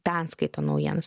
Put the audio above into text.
ten skaito naujienas